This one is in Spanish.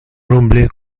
rumble